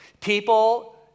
People